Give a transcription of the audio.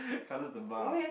colours the bar